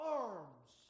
arms